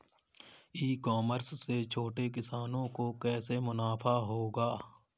ई commerce से छोटे किसानों को कैसे मुनाफा होगा?